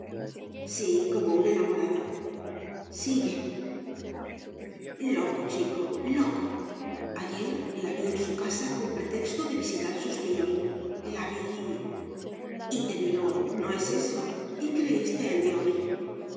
sí como un enamorado sigue loco chico loco ayer la vi en su casa con pretexto de visitar a sus tíos la vi y te miró no es eso y creíste en dios